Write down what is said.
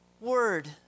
word